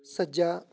ਸੱਜਾ